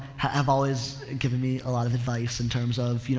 have, have always given me a lot of advice in terms of, you